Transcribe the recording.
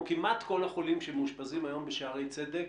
או כמעט כל החולים שמאושפזים היום בשערי צדק,